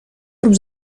روز